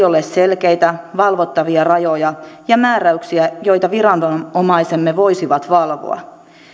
ole selkeitä valvottavia rajoja ja määräyksiä joita viranomaisemme voisivat valvoa